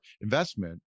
investment